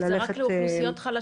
אבל זה רק לחד-הוריות חלשות.